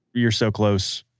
you're so close.